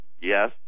yes